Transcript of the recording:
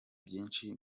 byinshi